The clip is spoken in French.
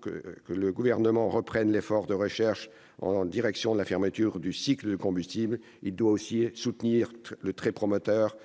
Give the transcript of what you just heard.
que le Gouvernement reprenne l'effort de recherches en direction de la fermeture du cycle du combustible, et qu'il soutienne le très prometteur